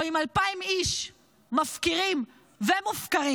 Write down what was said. או עם 2,000 איש מפקירים ומופקרים,